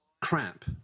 crap